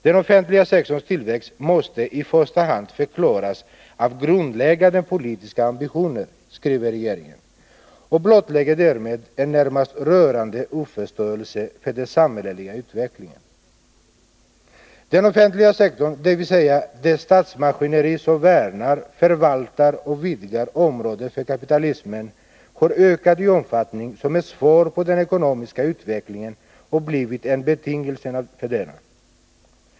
Den offentliga sektorns tillväxt måste ”i första hand förklaras av grundläggande politiska ambitioner”, skriver regeringen och blottlägger därmed en närmast rörande oförståelse för den samhälleliga utvecklingen. Den offentliga sektorn — dvs. det statsmaskineri som värnar, förvaltar och vidgar området för kapitalismen — har ökat i omfattning som ett svar på den ekonomiska utvecklingen och blivit en betingelse för denna.